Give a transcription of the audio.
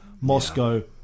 Moscow